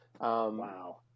Wow